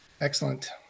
excellent